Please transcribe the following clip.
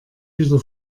wieder